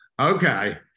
Okay